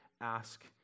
ask